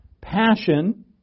passion